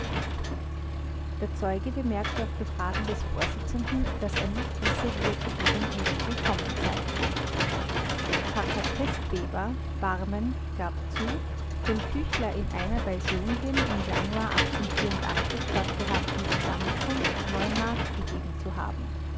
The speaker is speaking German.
der zeuge bemerkte auf befragen des vorsitzenden daß er nicht wisse wie er zu diesem briefe gekommen sei packer vestweber barmen gab zu dem küchler in einer bei söhngen im januar stattgehabten zusammenkunft mark gegeben zu haben